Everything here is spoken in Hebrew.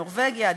נורבגיה,